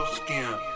skin